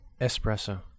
Espresso